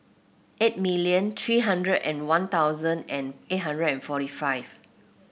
eight million three hundred and One Thousand and eight hundred and forty five